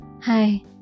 Hi